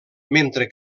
mentre